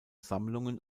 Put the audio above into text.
sammlungen